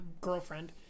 girlfriend